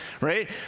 right